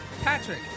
Patrick